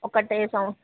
ఒకటే సౌండ్